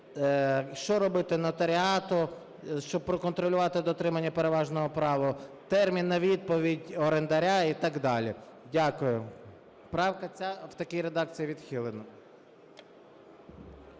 що робити нотаріату, щоб проконтролювати дотримання переважного права, термін на відповідь орендаря і так далі. Дякую. Правка ця в такій редакції відхилена.